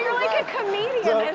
like a comedian